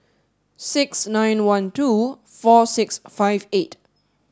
six nine one twelve four six five eight